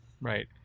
Right